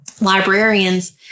librarians